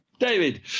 David